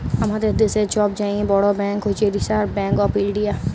আমাদের দ্যাশের ছব চাঁয়ে বড় ব্যাংক হছে রিসার্ভ ব্যাংক অফ ইলডিয়া